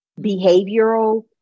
behavioral